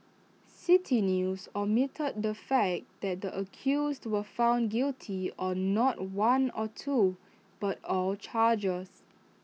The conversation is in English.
City News omitted the fact that the accused were found guilty on not one or two but all charges